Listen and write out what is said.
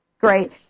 great